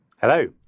Hello